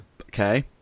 Okay